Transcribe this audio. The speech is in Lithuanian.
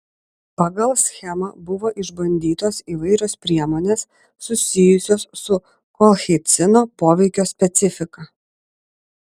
pagal schemą buvo išbandytos įvairios priemonės susijusios su kolchicino poveikio specifika